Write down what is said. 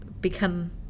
Become